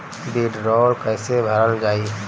वीडरौल कैसे भरल जाइ?